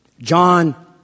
John